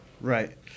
Right